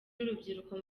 n’urubyiruko